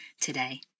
today